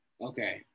Okay